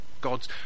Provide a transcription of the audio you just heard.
God's